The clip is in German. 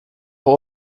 auch